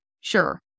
sure